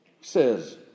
Says